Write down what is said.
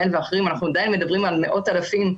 אנחנו עדיין מדברים על מאות אלפים.